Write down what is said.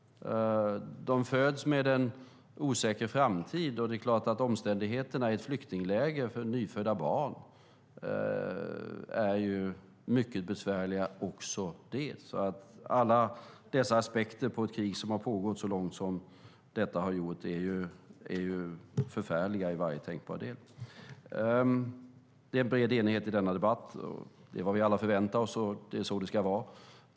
Dessa barn föds med en osäker framtid. Det är klart att omständigheterna i flyktingläger för nyfödda barn är mycket besvärliga, också de. Alla dessa aspekter på ett krig som har pågått så länge som detta är förfärliga i varje tänkbar del. Det är en bred enighet i denna debatt. Det har vi alla förväntat oss, och det är så det ska vara.